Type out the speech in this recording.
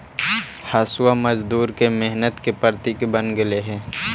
हँसुआ मजदूर के मेहनत के प्रतीक बन गेले हई